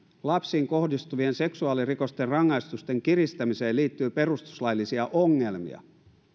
lapsiin kohdistuvien seksuaalirikosten rangaistusten kiristämiseen liittyy perustuslaillisia ongelmia